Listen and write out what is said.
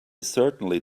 certainly